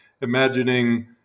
imagining